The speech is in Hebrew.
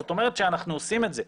זאת אומרת שאנחנו עושים את זה,